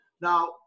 Now